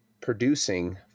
producing